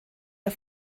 der